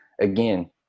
again